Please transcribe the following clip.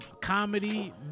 comedy